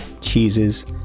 cheeses